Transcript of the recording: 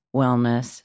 wellness